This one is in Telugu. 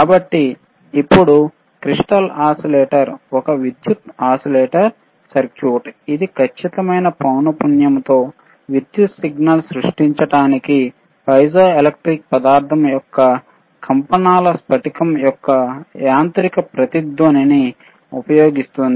కాబట్టి ఇప్పుడు క్రిస్టల్ ఓసిలేటర్ ఒక విద్యుత్ ఓసిలేటర్ సర్క్యూట్ ఇది ఖచ్చితమైన పౌనపున్యం తో విద్యుత్ సిగ్నల్ సృష్టించడానికి పైజోఎలెక్ట్రిక్ పదార్థం యొక్క కంపనాల స్పటికం యొక్క యాంత్రిక రెజోనెOట్ ని ఉపయోగిస్తుంది